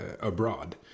abroad